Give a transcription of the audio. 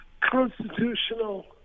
constitutional